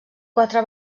quatre